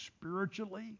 spiritually